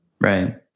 right